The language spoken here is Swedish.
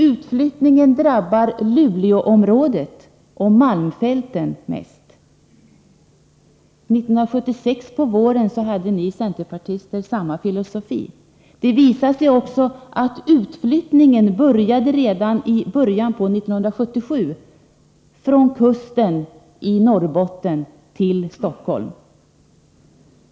Utflyttningen drabbar Luleåområdet och malmfälten mest. 1976 på våren hade ni centerpartister samma filosofi. Det visade sig också att utflyttningen började redan i början av 1977 från kusten i Norrbotten till Stockholm.